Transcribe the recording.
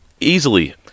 easily